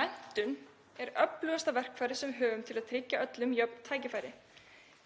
Menntun er öflugasta verkfærið sem við höfum til að tryggja öllum jöfn tækifæri.